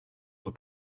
what